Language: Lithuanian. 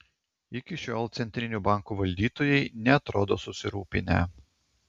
iki šiol centrinių bankų valdytojai neatrodo susirūpinę